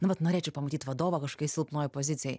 nu vat norėčiau pamatyt vadovą kažkokioj silpnoj pozicijoj